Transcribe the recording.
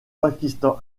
pakistan